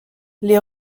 les